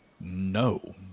no